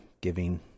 giving